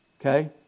Okay